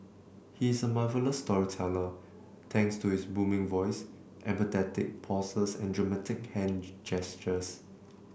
he is a marvellous storyteller thanks to his booming voice emphatic pauses and dramatic hand gestures